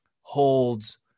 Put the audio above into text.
holds